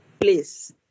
please